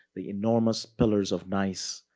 the enormous pillars of nice,